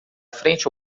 frente